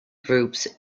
groups